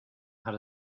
had